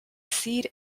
seed